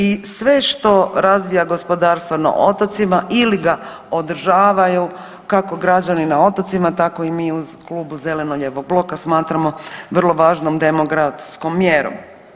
I sve što razvija gospodarstvo na otocima ili ga održavaju kako građani na otocima tako i mi u Klubu zeleno-lijevog bloka smatramo vrlo važnom demografskom mjerom.